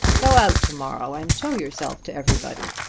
go out to-morrow and show yourself to everybody.